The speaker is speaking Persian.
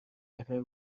بخیر